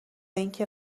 اینکه